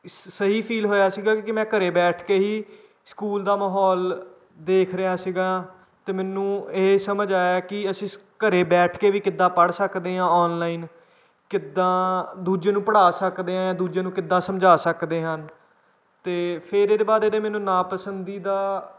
ਸ ਸਹੀ ਫੀਲ ਹੋਇਆ ਸੀਗਾ ਕਿਉਂਕਿ ਮੈਂ ਘਰੇ ਬੈਠ ਕੇ ਹੀ ਸਕੂਲ ਦਾ ਮਾਹੌਲ ਦੇਖ ਰਿਹਾ ਸੀਗਾ ਅਤੇ ਮੈਨੂੰ ਇਹ ਸਮਝ ਆਇਆ ਕਿ ਅਸੀਂ ਘਰ ਬੈਠ ਕੇ ਵੀ ਕਿੱਦਾਂ ਪੜ੍ਹ ਸਕਦੇ ਹਾਂ ਔਨਲਾਈਨ ਕਿੱਦਾਂ ਦੂਜੇ ਨੂੰ ਪੜ੍ਹਾ ਸਕਦੇ ਹਾਂ ਦੂਜੇ ਨੂੰ ਕਿੱਦਾਂ ਸਮਝਾ ਸਕਦੇ ਹਨ ਅਤੇ ਫਿਰ ਇਹਦੇ ਬਾਅਦ ਇਹਦੇ ਮੈਨੂੰ ਨਾ ਪਸੰਦੀਦਾ